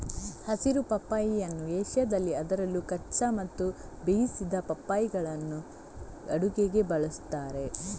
ಹಸಿರು ಪಪ್ಪಾಯಿಯನ್ನು ಏಷ್ಯಾದಲ್ಲಿ ಅದರಲ್ಲೂ ಕಚ್ಚಾ ಮತ್ತು ಬೇಯಿಸಿದ ಪಪ್ಪಾಯಿಗಳನ್ನು ಅಡುಗೆಗೆ ಬಳಸುತ್ತಾರೆ